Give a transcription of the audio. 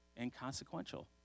Inconsequential